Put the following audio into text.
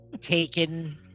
taken